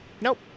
Nope